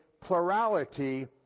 plurality